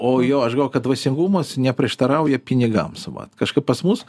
o jo aš galvoju kad dvasingumas neprieštarauja pinigams vat kažkaip pas mus